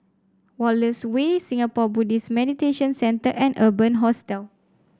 Wallace Way Singapore Buddhist Meditation Centre and Urban Hostel